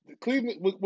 Cleveland